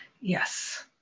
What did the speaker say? Yes